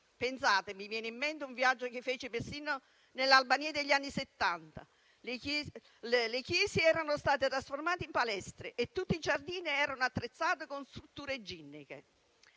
Pensate, mi viene in mente un viaggio che feci persino nell'Albania degli anni Settanta. Le chiese erano state trasformate in palestre e tutti i giardini erano attrezzati con strutture ginniche.